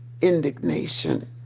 indignation